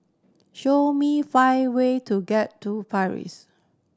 show me five way to get to Paris